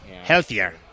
Healthier